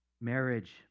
Marriage